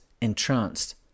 entranced